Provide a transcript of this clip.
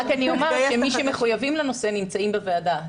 אומר שמי שמחויבים לנושא נמצאים בוועדה.